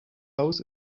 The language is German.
haus